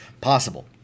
possible